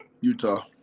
Utah